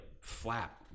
flap